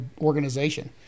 organization